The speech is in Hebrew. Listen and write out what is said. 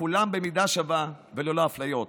וכולם במידה שווה וללא אפליות.